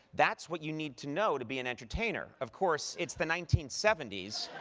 that's what you need to know to be an entertainer. of course, it's the nineteen seventy s.